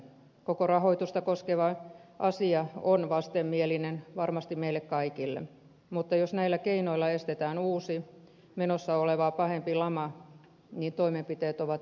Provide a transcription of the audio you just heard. koko rahoitusta koskeva asia on vastenmielinen varmasti meille kaikille mutta jos näillä keinoilla estetään uusi menossa olevaa pahempi lama niin toimenpiteet ovat hyväksyttäviä